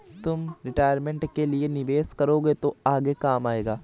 तुम रिटायरमेंट के लिए निवेश करोगे तो आगे काम आएगा